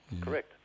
Correct